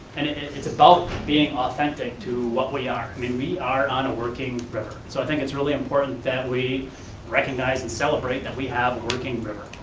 and it's about being authentic to what we are. i mean we are on a working river. so i think it's really important that we recognize and celebrate that we have a working river,